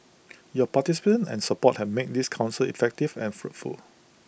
your participation and support have made this Council effective and fruitful